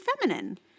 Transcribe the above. feminine